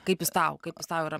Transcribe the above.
kaip jis tau kaip jis tau yra